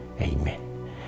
Amen